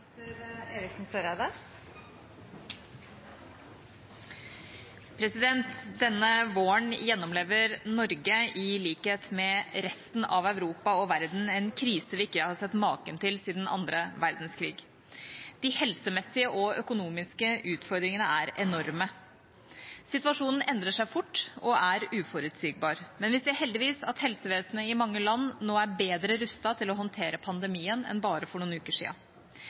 kl. 16. Denne våren gjennomlever Norge, i likhet med resten av Europa og verden, en krise vi ikke har sett maken til siden annen verdenskrig. De helsemessige og økonomiske utfordringene er enorme. Situasjonen endrer seg fort og er uforutsigbar, men vi ser heldigvis at helsevesenet i mange land nå er bedre rustet til å håndtere pandemien enn bare for